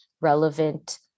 relevant